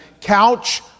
couch